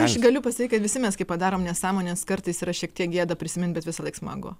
aš galiu pasakyt kad visi mes kai padarom nesąmones kartais yra šiek tiek gėda prisimint bet visąlaik smagu